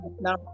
now